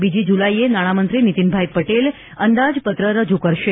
બીજી જુલાઇએ નાણામંત્રી નીતીનભાઇ પટેલ અંદાજપત્ર રજૂ કરશે